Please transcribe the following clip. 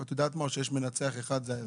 או שיש מנצח אחד וזה האזרח.